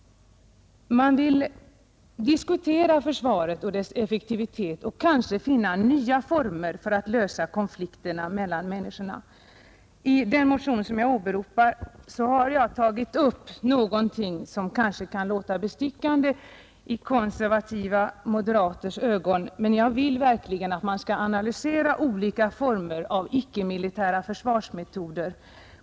Man vill diskutera försvaret och dess effektivitet och kanske finna nya former för att lösa konflikter mellan människorna. I vår motion har vi tagit upp någonting som kanske kan låta chockerande i konservativa moderaters öron — att man skall analysera olika former av icke-militära försvarsmetoder.